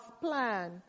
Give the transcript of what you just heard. plan